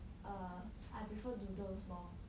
err I prefer noodles more